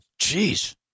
Jeez